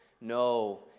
No